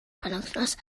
penwythnos